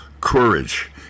Courage